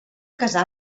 casar